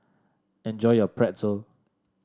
enjoy your Pretzel